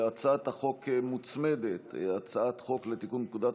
להצעת החוק מוצמדת הצעת חוק לתיקון פקודת